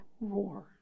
roar